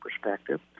perspective